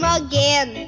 again